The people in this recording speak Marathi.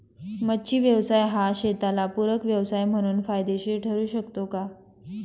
मच्छी व्यवसाय हा शेताला पूरक व्यवसाय म्हणून फायदेशीर ठरु शकतो का?